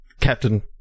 Captain